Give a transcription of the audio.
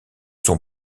sont